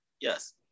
Yes